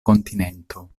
kontinento